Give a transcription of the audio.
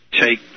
take